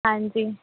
ਹਾਂਜੀ